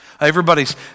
Everybody's